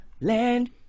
land